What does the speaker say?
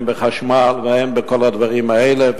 הן לחשמל ולכל הדברים האלה,